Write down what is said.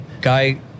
guy